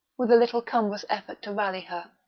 with a little cumbrous effort to rally her.